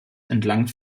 entlang